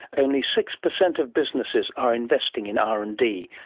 only six percent of businesses are investing in r and d,